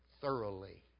thoroughly